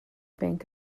bank